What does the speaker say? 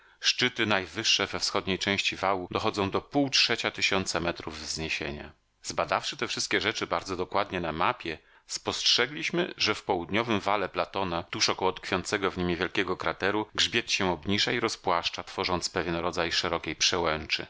szczyty najwyższe we wschodniej części wału dochodzą do półtrzecia tysiąca metrów wzniesienia zbadawszy te wszystkie rzeczy bardzo dokładnie na mapie spostrzegliśmy że w południowym wale platona tuż około tkwiącego w nim niewielkiego krateru grzbiet się obniża i rozpłaszcza tworząc pewien rodzaj szerokiej przełęczy